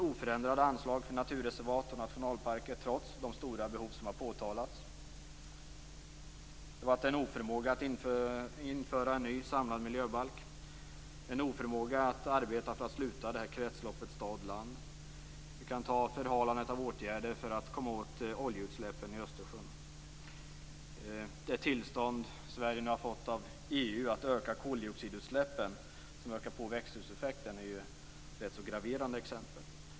Oförändrade anslag för naturreservat och nationalparker, trots de stora behov som har påtalats. Oförmågan att införa en ny samlad miljöbalk. Oförmågan att arbeta för att sluta kretsloppet stad-land. Det tillstånd Sverige nu har fått av EU att öka koldioxidutsläppen, som ökar på växthuseffekten, är ett ganska graverande exempel.